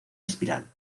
espiral